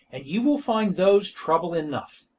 and you will find those trouble enough.